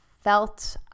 felt